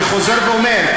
אני חוזר ואומר,